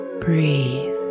breathe